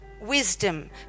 wisdom